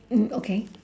mm okay